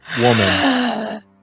woman